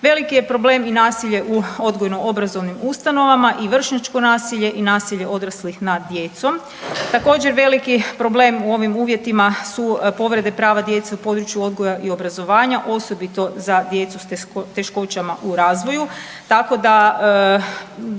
Veliki je problem i nasilje u odgojnoobrazovnim ustanovama, i vršnjačko nasilje i nasilje odraslih nad djecom. Također veliki problem u ovim uvjetima su povrede prava djece u području odgoja i obrazovanja osobito za djecu s teškoćama u razvoju,